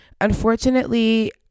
unfortunately